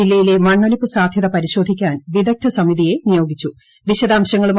ജില്ലയിലെ മണ്ണൊലിപ്പ് സാധ്യത പരിശോധിക്ക്ടാൻ ് വിദഗ്ധ സമിതിയെ നിയോഗിച്ചു